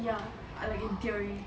ya I like in theory tests